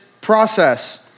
process